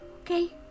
Okay